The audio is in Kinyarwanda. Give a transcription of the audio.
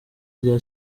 rya